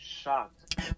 shocked